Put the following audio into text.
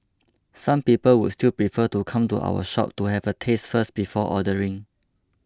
some people would still prefer to come to our shop to have a taste first before ordering